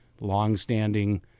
longstanding